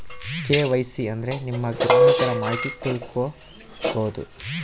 KYC ಅಂದ್ರೆ ನಿಮ್ಮ ಗ್ರಾಹಕರ ಮಾಹಿತಿ ತಿಳ್ಕೊಮ್ಬೋದು